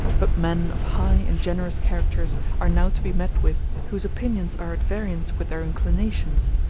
but men of high and generous characters are now to be met with, whose opinions are at variance with their inclinations,